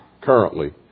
currently